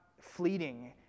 fleeting